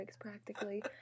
practically